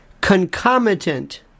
concomitant